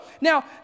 Now